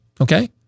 Okay